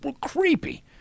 creepy